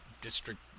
District